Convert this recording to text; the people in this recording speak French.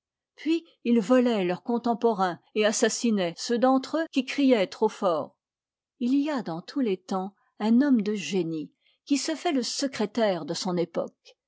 puis ils volaient leurs contemporains et assassinaient ceux d'entre eux qui criaient trop fort il y a dans tous les temps un homme de génie qui se fait le secrétaire de son époque